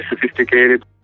sophisticated